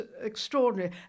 extraordinary